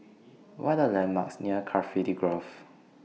What Are The landmarks near Cardifi Grove